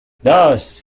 thus